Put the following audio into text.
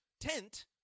tent